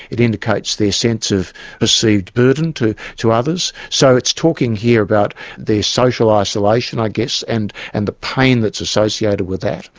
it indicates their sense of perceived burden to to others. so it's talking here about their social isolation i guess and and the pain that's associated with that.